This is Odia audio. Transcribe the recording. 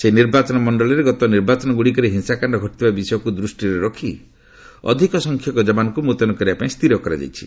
ସେହି ନିର୍ବାଚନ ମଣ୍ଡଳୀରେ ଗତ ନିର୍ବାଚନଗୁଡ଼ିକରେ ହିଂସାକାଣ୍ଡ ଘଟିଥିବା ବିଷୟକୁ ଦୃଷ୍ଟିରେ ରଖି ଅଧିକ ସଂଖ୍ୟକ ଯବାନଙ୍କୁ ମୁତୟନ କରିବାପାଇଁ ସ୍ଥିର କରାଯାଇଛି